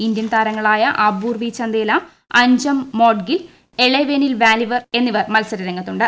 Indian താരങ്ങളായ അപൂർവി ചന്ദേല അൻജം മോഡ്ഗിൽ എളവേനിൽ വാലറിവൻ എന്നിവർ മത്സരരംഗത്തുണ്ട്